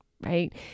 right